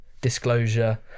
Disclosure